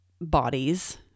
bodies